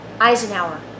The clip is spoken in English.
Eisenhower